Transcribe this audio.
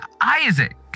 Isaac